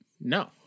no